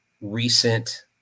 recent